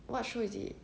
what show is it